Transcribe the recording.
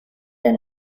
der